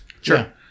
Sure